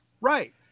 Right